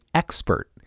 expert